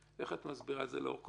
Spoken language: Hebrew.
איך את מסבירה את זה לאור כל